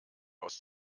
aus